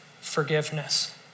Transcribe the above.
forgiveness